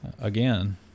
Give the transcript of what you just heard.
again